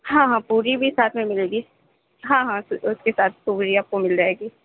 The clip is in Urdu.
ہاں ہاں پوری بھی ساتھ میں ملیں گی ہاں ہاں اس کے ساتھ پوری آپ کو مل جائے گی